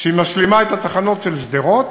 שמשלימה את התחנות של שדרות,